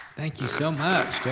thank you so much terry!